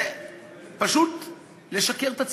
זה פשוט לשקר את הציבור,